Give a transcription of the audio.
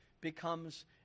becomes